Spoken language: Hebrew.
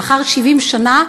לאחר 70 שנה,